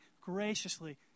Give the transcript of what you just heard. graciously